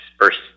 first